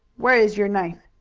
where is your knife?